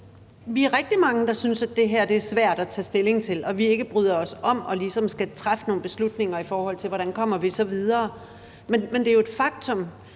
vi er rigtig mange, der synes, at det her er svært at tage stilling til, og at vi ikke bryder os om ligesom at skulle træffe nogle beslutninger, i forhold til hvordan vi så kommer videre. Men det er jo et faktum,